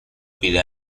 pide